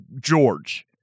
George